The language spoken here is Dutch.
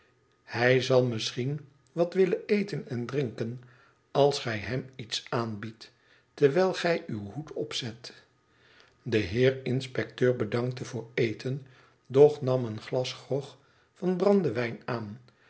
hij zal misschien wat willen eten en drinken als gij hem iets aanbiedt terwijl gij uw hoed opzet de heer inspecteur bedankte voor eten doch nam een glas grog van brandewijn aan